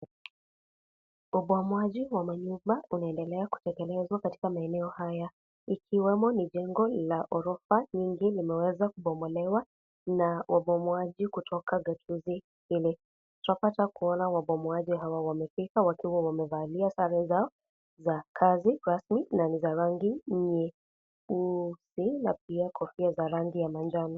Ubomoaji wa manyumba unaendelea kutekelezwa katika maeneo haya ikiwemo no jingo la gorofa nyingi zimeweza kubomolewa na wabomoaji kutoka gatuzi hili tunapata wabomoaji hawa wameweza kufika wakiwa wamevalia sare zai rasmi na ni za rangi nyeusi na pia kofia za rangi ya njano.